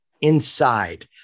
inside